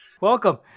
Welcome